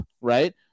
right